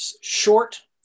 Short